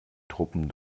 truppen